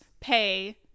pay